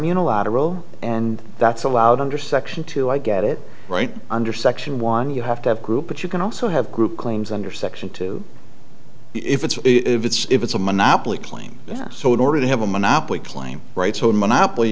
unilateral and that's allowed under section two i get it right under section one you have to have group but you can also have group claims under section two if it's if it's if it's a monopoly claim then so in order to have a monopoly claim rights on monopoly